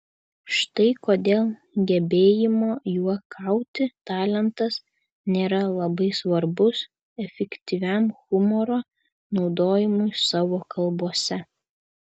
štai kodėl gebėjimo juokauti talentas nėra labai svarbus efektyviam humoro naudojimui savo kalbose